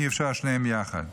אי-אפשר שניהם יחד.